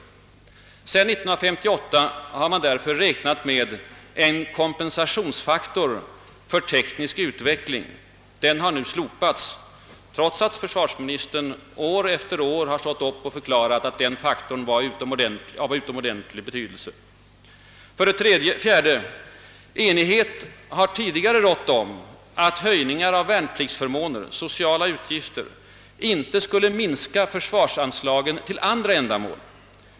§Sedan 1958 har man därför räknat med en kompensationsfaktor för teknisk utveckling. Den har nu slopats trots att försvarsministern år efter år har förklarat att denna faktor var av utomordentligt stor betydelse. 4, Enighet har tidigare rått om att höjningar av värnpliktsförmåner — sS0 ciala utgifter — inte skall minska försvarsanslagen till andra ändamål.